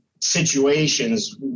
situations